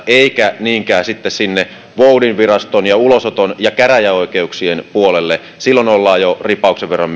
eikä niinkään sinne voudinviraston ja ulosoton ja käräjäoikeuksien puolelle silloin ollaan jo ripauksen verran